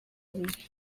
abiri